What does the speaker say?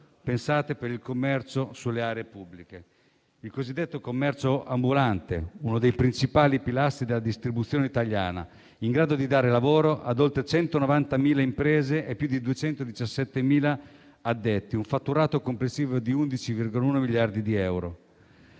pensate per il commercio sulle aree pubbliche, il cosiddetto commercio ambulante, uno dei principali pilastri della distribuzione italiana, in grado di dare lavoro ad oltre 190.000 imprese e a più di 217.000 addetti, con un fatturato complessivo di 11,1 miliardi di euro.